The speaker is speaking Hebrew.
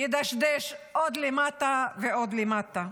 ידשדש עוד ועוד למטה.